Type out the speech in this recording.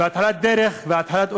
והתחלת דרך והתחלת,